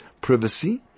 privacy